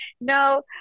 No